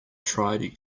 try